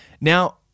Now